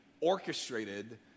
orchestrated